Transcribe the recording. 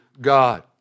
God